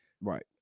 right